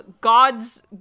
God's